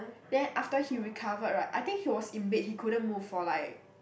then after he recovered right I think he was in bed he couldn't move for like